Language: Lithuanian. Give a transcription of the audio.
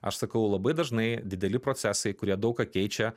aš sakau labai dažnai dideli procesai kurie daug ką keičia